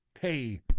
Hey